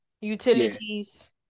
utilities